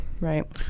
Right